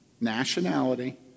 nationality